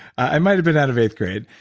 i might have been out of eighth grade,